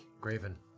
Graven